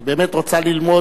היא באמת רוצה ללמוד,